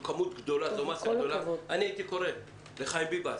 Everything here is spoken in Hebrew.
זו מאסה גדולה הייתי קורא לחיים ביבס,